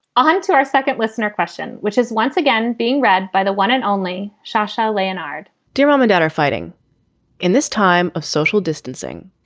onto our second listener question, which is once again being read by the one and only shasha leonhard dear mom and dad are fighting in this time of social distancing.